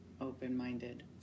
open-minded